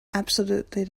absolutely